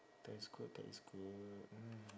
that is good that is good mm